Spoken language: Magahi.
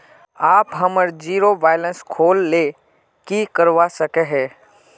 आप हमार जीरो बैलेंस खोल ले की करवा सके है?